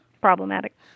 problematic